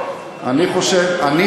על ידו,